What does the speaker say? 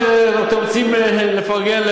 הם לא ילדים?